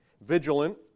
vigilant